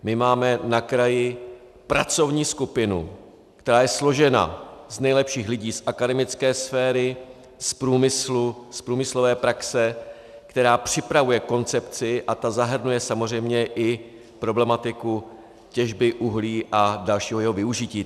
My máme na kraji pracovní skupinu, která je složena z nejlepších lidí z akademické sféry, z průmyslu, z průmyslové praxe, která připravuje koncepci, a ta zahrnuje samozřejmě i problematiku těžby uhlí a dalšího jeho využití.